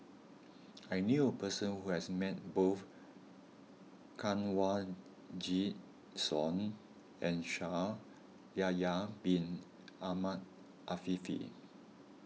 I knew a person who has met both Kanwaljit Soin and Shaikh Yahya Bin Ahmed Afifi